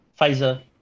Pfizer